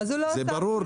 זה ברור.